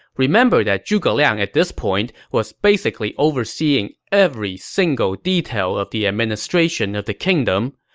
remember that zhuge liang at this point was basically overseeing every single detail of the administration of the kingdom.